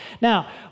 Now